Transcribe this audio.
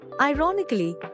Ironically